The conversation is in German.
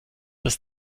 das